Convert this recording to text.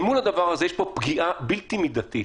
אל מול הדבר הזה, יש פה פגיעה בלתי מידתית,